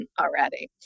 already